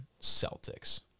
Celtics